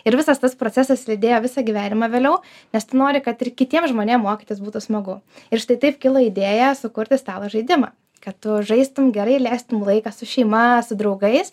ir visas tas procesas lydėjo visą gyvenimą vėliau nes tu nori kad ir kitiem žmonėm mokytis būtų smagu ir štai taip kilo idėja sukurti stalo žaidimą kad tu žaistum gerai leistum laiką su šeima su draugais